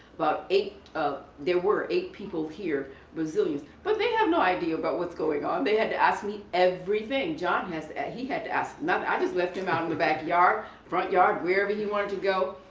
about eight of, there were eight people here, brazilians. but they have no idea about what's going on. they had to ask me everything. john he had to ask nothing, i just left him out in the back yard, front yard, wherever he wanted to go.